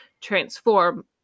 transform